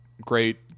great